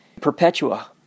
perpetua